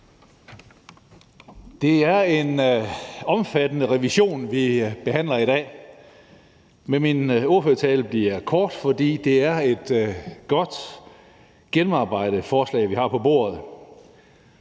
Det er en omfattende revision, vi behandler i dag. Men min ordførertale bliver kort, fordi det er et godt gennemarbejdet forslag, vi har på bordet.